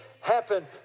happen